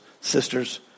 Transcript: sisters